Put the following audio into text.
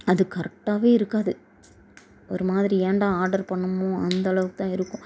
அது கரெக்டாகவே இருக்காது ஒரு மாதிரி ஏன்டா ஆர்டர் பண்ணோமோ அந்த அளவுக்கு தான் இருக்கும்